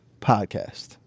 podcast